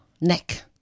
neck